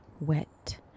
wet